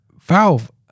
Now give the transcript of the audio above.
Valve